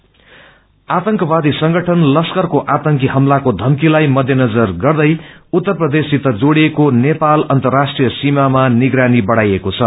terrorism आतंकवादी संगठन लक्करको आतंक्षी हमलाको धम्फ्रीलाई मध्यनजर गर्दै उत्तर प्रदेशसित जोड़िएको नेपाल अन्तर्राष्ट्रिय सीमामा निगरानी बढ़ाइएको छ